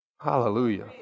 Hallelujah